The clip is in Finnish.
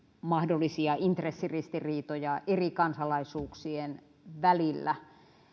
mahdollisia intressiristiriitoja eri kansalaisuuksien välillä